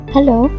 Hello